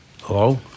Hello